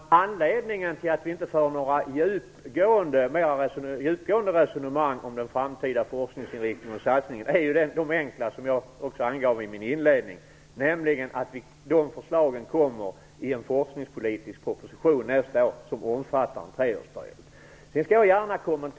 Herr talman! Den enkla anledningen till att vi inte för några djupgående resonemang om satsningen på den framtida forskningsinriktningen är, som jag också angav i min inledning, att de förslagen kommer i en forskningspolitisk proposition nästa år. Den omfattar en treårsperiod.